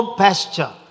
pasture